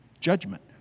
judgment